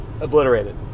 obliterated